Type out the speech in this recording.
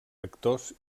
actors